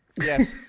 Yes